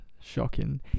shocking